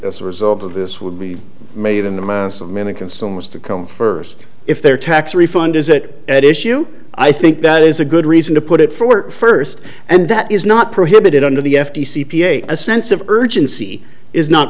as a result of this would be made in the mass of many consumers to come first if their tax refund is that at issue i think that is a good reason to put it forward first and that is not prohibited under the f t c p a a sense of urgency is not